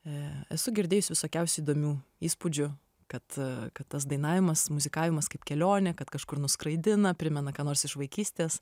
ė esu girdėjus visokiausių įdomių įspūdžių kad kad tas dainavimas muzikavimas kaip kelionė kad kažkur nuskraidina primena ką nors iš vaikystės